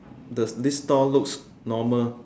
does this stall looks normal